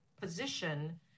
position